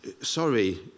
sorry